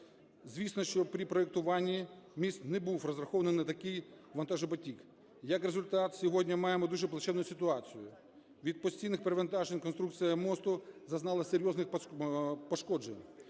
Звісно, що, при проектуванні, міст не розрахований на такий вантажопотік. Як результат, сьогодні ми маємо дуже плачевну ситуацію. Від постійних перевантажень конструкція мосту зазнала серйозних пошкоджень.